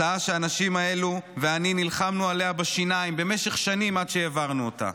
הצעה שהאנשים האלה ואני נלחמנו עליה בשיניים במשך שנים עד שהעברנו אותה.